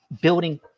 building